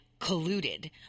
colluded